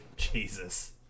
Jesus